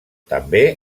també